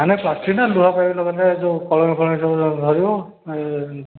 ନା ନା ପ୍ଲାଷ୍ଟିକ ନା ଲୁହା ପାଇପ୍ ଯେଉଁ କଳଙ୍କି ଫଳଙ୍କି ସବୁ ଧରିବ